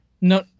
No